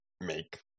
make